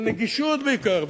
של נגישות בעיקר.